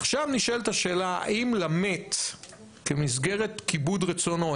עכשיו נשאלת השאלה האם למת כמסגרת כיבוד רצונו,